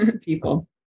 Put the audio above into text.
people